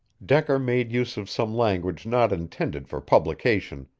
decker made use of some language not intended for publication,